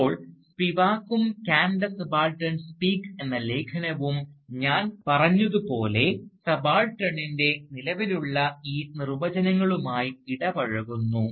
ഇപ്പോൾ സ്പിവാക്കും "can the subaltern speak" "Can the Subaltern Speak" എന്ന ലേഖനവും ഞാൻ പറഞ്ഞതുപോലെ സബാൾട്ടേണിൻറെ നിലവിലുള്ള ഈ നിർവചനങ്ങളുമായി ഇടപഴകുന്നു